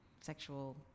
sexual